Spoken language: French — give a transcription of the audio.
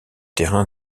terrain